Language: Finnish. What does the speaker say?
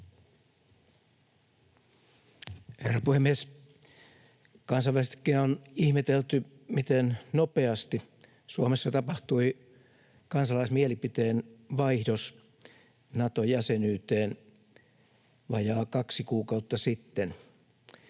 Herra puhemies! Kansainvälisestikin on ihmetelty, miten nopeasti Suomessa tapahtui kansalaismielipiteen vaihdos Nato-jäsenyyteen vajaa kaksi kuukautta sitten.